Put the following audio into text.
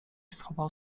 schował